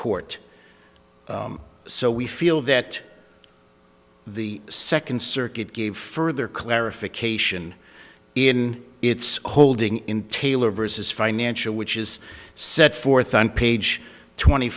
court so we feel that the second circuit gave further clarification in its holding in taylor versus financial which is set forth on page twenty